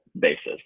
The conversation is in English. basis